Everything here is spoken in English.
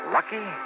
Lucky